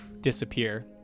disappear